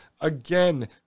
Again